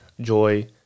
joy